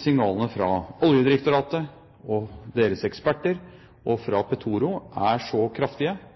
signalene fra ekspertene i Oljedirektoratet og fra Petoro er så kraftige,